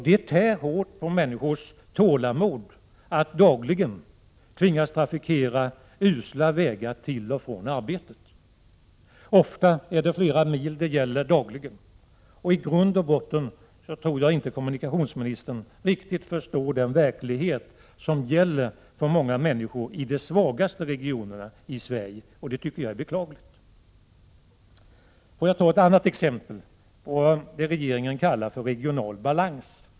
Det tär hårt på människors tålamod att dagligen tvingas trafikera usla vägar till och från arbetet. Ofta handlar det om flera mil dagligen. I grund och botten tror jag inte att kommunikationsministern riktigt förstår den verklighet som gäller för många människor i de svagaste regionerna i Sverige. Det tycker jag är beklagligt. Låt mig ta ett annat exempel på vad regeringen kallar för regional balans.